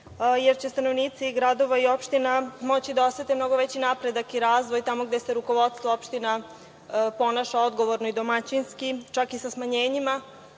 jer će stanovnici gradova i opština moći da osete mnogo veći napredak i razvoj tamo gde se rukovodstvo opština ponaša odgovorno i domaćinski, čak i sa smanjenjima,